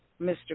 Mr